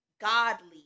godly